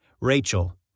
Rachel